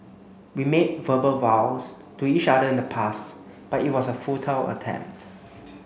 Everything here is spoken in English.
we made verbal vows to each other in the past but it was a futile attempt